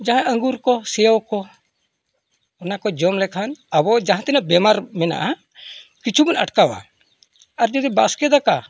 ᱡᱟᱦᱟᱸ ᱟᱝᱜᱩᱨ ᱠᱚ ᱥᱮᱣ ᱠᱚ ᱚᱱᱟ ᱠᱚ ᱡᱚᱢ ᱞᱮᱠᱷᱟᱱ ᱟᱵᱚ ᱡᱟᱦᱟᱸ ᱛᱤᱱᱟᱹᱜ ᱵᱤᱢᱟᱨ ᱢᱮᱱᱟᱜᱼᱟ ᱠᱤᱪᱷᱩ ᱵᱚᱱ ᱟᱴᱠᱟᱣᱟ ᱟᱨ ᱡᱩᱫᱤ ᱵᱟᱥᱠᱮ ᱫᱟᱠᱟ